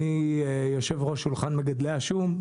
אני יושב ראש שולחן מגדלי השום,